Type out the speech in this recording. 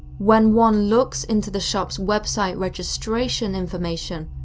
when one looks into the shop's website registration information,